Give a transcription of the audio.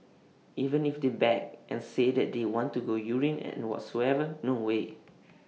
even if they beg and say that they want to go urine and whatsoever no way